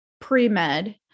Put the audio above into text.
pre-med